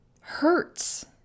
hurts